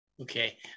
Okay